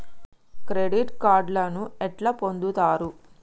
Credit కార్డులను ఎట్లా పొందుతరు?